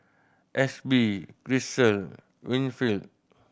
Ashby Grisel Winfield